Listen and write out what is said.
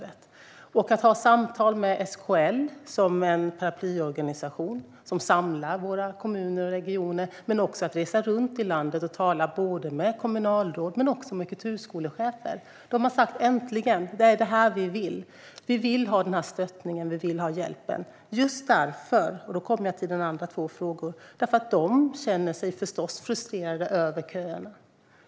Det har varit glädjande att ha samtal med SKL, som är en paraplyorganisation som samlar våra kommuner och regioner, och att resa runt i landet och tala både med kommunalråd och med kulturskolechefer. De har sagt: Äntligen! Det är det här vi vill. Vi vill ha den här stöttningen och hjälpen. Det vill de därför att - och då kommer jag till dina andra två frågor, Cecilia Magnusson - de förstås känner sig frustrerade över köerna.